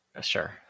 Sure